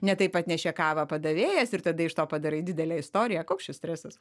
ne taip atnešė kavą padavėjas ir tada iš to padarai didelę istoriją koks šis stresas